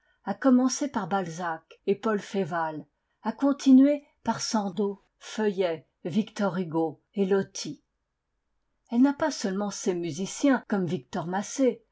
à commencer par balzac et paul féval à continuer par sandeau feuillet victor hugo et loti elle n'a pas seulement ses musiciens comme victor massé